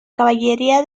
caballería